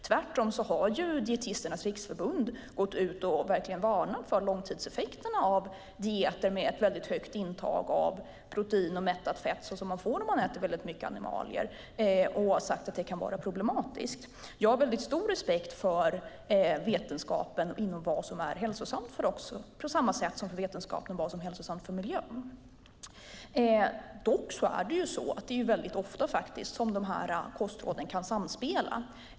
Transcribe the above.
Tvärtom har Dietisternas Riksförbund gått ut och verkligen varnat för långtidseffekterna av dieter med ett väldigt högt intag av protein och mättat fett, som man får om man äter väldigt mycket animalier, och sagt att det kan vara problematiskt. Jag har väldigt stor respekt för vetenskapen om vad som är hälsosamt för oss, på samma sätt som för vetenskapen om vad som är hälsosamt för miljön. Dock är det faktiskt så att de här kostråden väldigt ofta kan samspela.